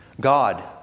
God